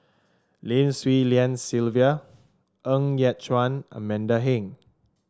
Lim Swee Lian Sylvia Ng Yat Chuan Amanda Heng